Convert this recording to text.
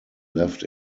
left